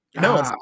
No